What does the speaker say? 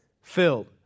filled